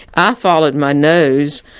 i followed my nose,